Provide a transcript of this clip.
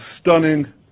stunning